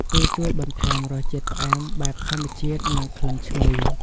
វាជួយបន្ថែមរសជាតិផ្អែមបែបធម្មជាតិ និងក្លិនឈ្លុយ។